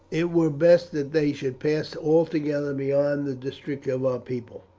it were best that they should pass altogether beyond the district of our people,